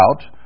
out